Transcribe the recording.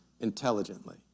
intelligently